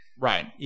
Right